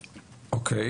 תמ"ג.